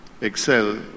excel